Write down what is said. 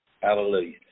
hallelujah